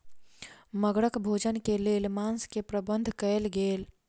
मगरक भोजन के लेल मांस के प्रबंध कयल गेल